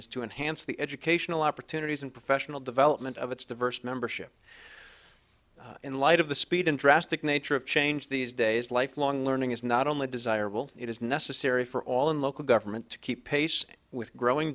is to enhance the educational opportunities and professional development of its diverse membership in light of the speed and drastic nature of change these days lifelong learning is not only desirable it is necessary for all in local government to keep pace with growing